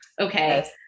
Okay